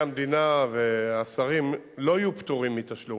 המדינה והשרים לא יהיו פטורים מתשלום.